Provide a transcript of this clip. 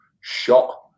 shot